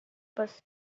was